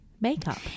makeup